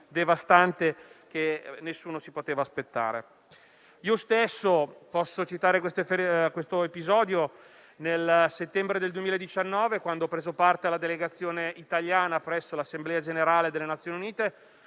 devastante che nessuno si poteva aspettare. Io stesso - posso citare questo episodio - nel settembre 2019, quando ho fatto parte della Delegazione parlamentare italiana presso l'Assemblea generale delle Nazioni Unite,